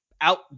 out